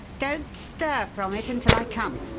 don't stir from it until i come.